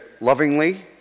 lovingly